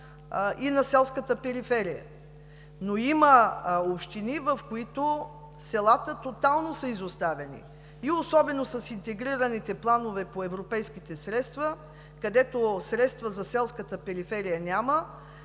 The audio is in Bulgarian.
и на селската периферия. Но има общини, в които селата тотално са изоставени, особено с интегрираните планове по европейските средства. Където средства за селската периферия няма,